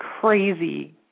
crazy